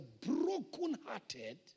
brokenhearted